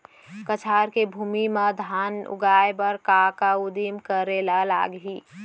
कछार के भूमि मा धान उगाए बर का का उदिम करे ला लागही?